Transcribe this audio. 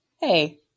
hey